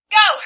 go